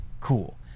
cool